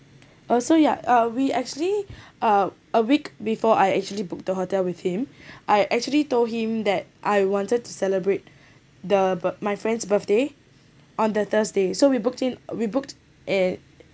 orh so ya uh we actually uh a week before I actually book the hotel with him I actually told him that I wanted to celebrate the birth~ my friend's birthday on the thursday so we booked in we booked uh